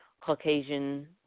Caucasian